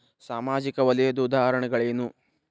ಸಾಮಾಜಿಕ ವಲಯದ್ದು ಉದಾಹರಣೆಗಳೇನು?